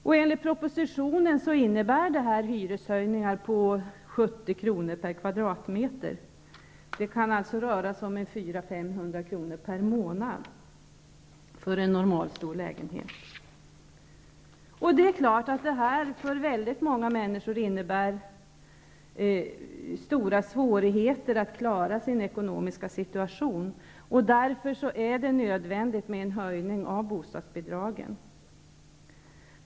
Det är klart att detta innebär stora svårigheter att klara den ekonomiska situationen för väldigt många människor. Därför är det nödvändigt med en höjning av bostadsbidragen.